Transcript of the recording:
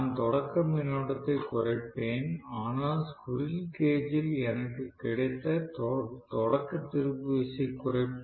நான் தொடக்க மின்னோட்டத்தை குறைப்பேன் ஆனால் ஸ்குரில் கேஜ் ல் எனக்கு கிடைத்த தொடக்க திருப்பு விசை குறைப்பு